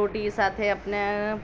રોટી સાથે આપણે